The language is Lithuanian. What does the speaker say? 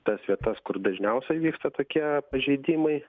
tas vietas kur dažniausiai vyksta tokie pažeidimai